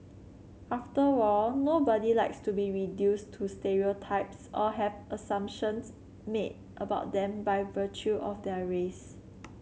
after all nobody likes to be reduced to stereotypes or have assumptions made about them by virtue of their race